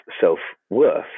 self-worth